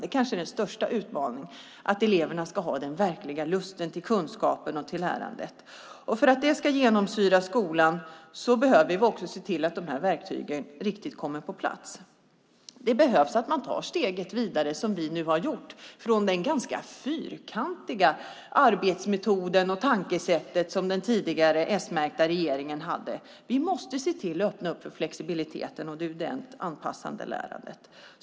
Det är kanske den största utmaningen att eleverna ska ha den verkliga lusten till kunskapen och till lärandet. För att det ska genomsyra skolan behöver vi också se till att dessa verktyg kommer på plats. Man behöver ta steget vidare, som vi nu har gjort, från de ganska fyrkantiga arbetsmetoderna och tankesätten som den tidigare s-märkta regeringen hade. Vi måste se till att öppna upp för flexibiliteten och det individuellt anpassade lärandet.